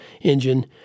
engine